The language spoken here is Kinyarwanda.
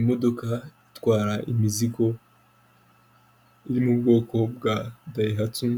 Imodoka itwara imizigo iri mu bwoko bwa dayihatsu,